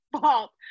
fault